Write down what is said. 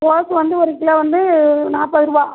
கோஸ்ஸு வந்து ஒரு கிலோ வந்து நாற்பதுருவா